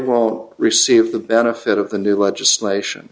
won't receive the benefit of the new legislation